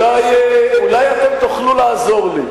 אולי אתם תוכלו לעזור לי.